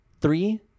Three